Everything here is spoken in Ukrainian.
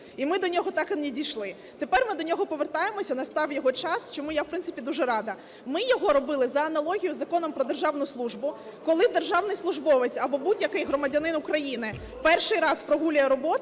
і ми до нього так і не дійшли. Тепер ми до нього повертаємося, настав його час, чому я, в принципі, дуже рада. Ми його робили за аналогією з Законом "Про державну службу", коли державний службовець або будь-який громадянин України перший раз прогулює роботу,